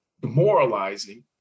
demoralizing